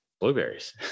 blueberries